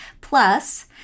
Plus